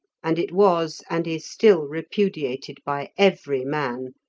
and it was and is still repudiated by every man,